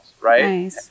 right